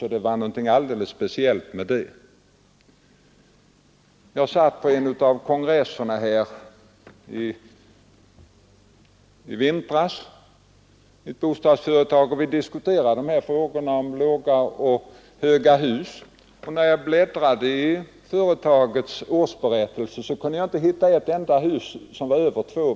Regeringen har ju också vidtagit en rad åtgärder för att dimpa boendekostnaderna. När vi vid årsskiftet tog beslutet om att inte höjningarna av paritetstalet skulle ske fullt ut, så var det ett försök att dimpa kostnadsutvecklingen och ge ett bidrag till stabiliseringen.